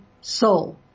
soul